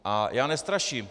A já nestraším.